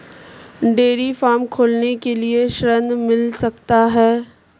Dairy farm खोलने के लिए ऋण मिल सकता है?